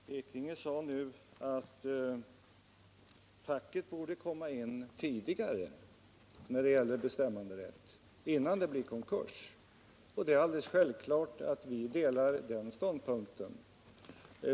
Herr talman! Bernt Ekinge sade nu att facket borde komma in tidigare när det gäller bestämmanderätt, innan det blir konkurs. Och det är alldeles självklart att vi delar den ståndpunkten.